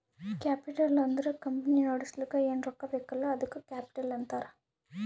capital ಅಂದುರ್ company ನಡುಸ್ಲಕ್ ಏನ್ ರೊಕ್ಕಾ ಬೇಕಲ್ಲ ಅದ್ದುಕ ಕ್ಯಾಪಿಟಲ್ ಅಂತಾರ್